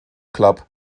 club